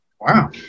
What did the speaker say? wow